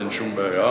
אין שום בעיה.